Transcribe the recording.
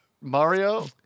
Mario